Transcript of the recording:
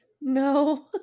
No